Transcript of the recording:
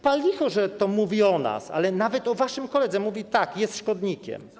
Pal licho, że to mówi o nas, ale nawet o waszym koledze mówi tak: Jest szkodnikiem.